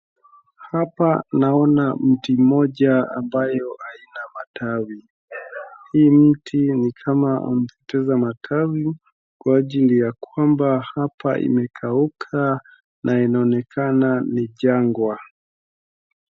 Hapa naona mti mmoja ambayo haina matawi. Huu mti ni kama umepoteza matawi kwa ajili ya kwamba hapa kumekauka na inaonekana ni jangwa.